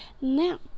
Now